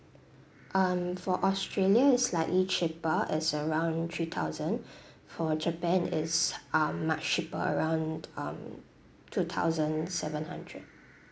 um for australia it's slightly cheaper it's around three thousand for japan it's uh much cheaper around um two thousand seven hundred